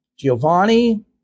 Giovanni